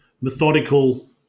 methodical